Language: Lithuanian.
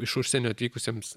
iš užsienio atvykusiems